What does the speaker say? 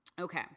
Okay